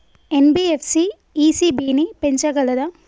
NBFC ECB ని పెంచగలదా?